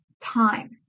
time